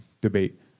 debate